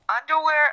underwear